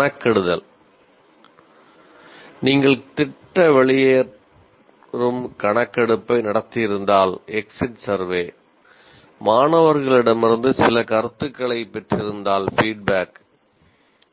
கணக்கிடுங்கள் நீங்கள் திட்ட வெளியேறும் கணக்கெடுப்பை நடத்தியிருந்தால்